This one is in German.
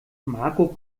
marco